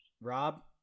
Rob